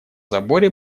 заборе